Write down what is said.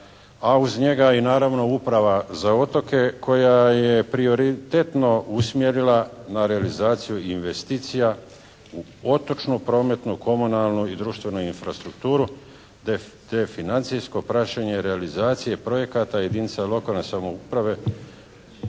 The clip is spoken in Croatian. a uz njega i naravno uprava za otoke koja je prioritetno usmjerila na realizaciju investicija u otočnu, prometnu, komunalnu i društvenu infrastrukturu te je financijsko praćenje realizacije projekata jedinica lokalne samouprave